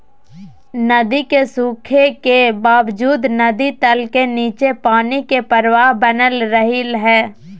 नदी के सूखे के बावजूद नदी तल के नीचे पानी के प्रवाह बनल रहइ हइ